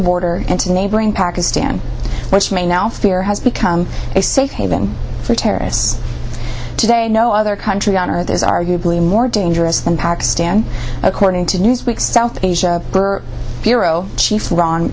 border and to neighboring pakistan which may now fear has become a safe haven for terrorists today no other country on earth is arguably more dangerous than pakistan according to newsweek south asia bureau chief ron